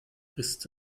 ist